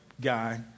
guy